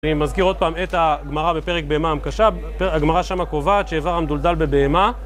אני מזכיר עוד פעם את הגמרה בפרק בהמה המקשה, הגמרה שם קובעת, שאיבר המדולדל בבהמה